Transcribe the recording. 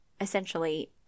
essentially